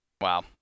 Wow